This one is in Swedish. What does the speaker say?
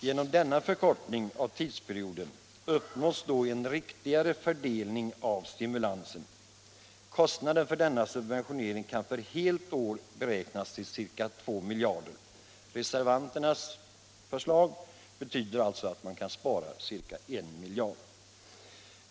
Genom denna förkortning av tidsperioden uppnås en riktigare fördelning av stimulansen. Kostnaden för denna subventionering kan för helt år beräknas till ca 2 miljarder. Reservanternas förslag betyder alltså att man kan spara ca 1 miljard.